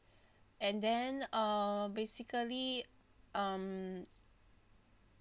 and then uh basically um